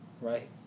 right